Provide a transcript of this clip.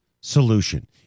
solution